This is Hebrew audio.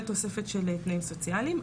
תוספת של תנאים סוציאליים,